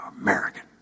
American